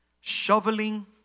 shoveling